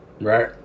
right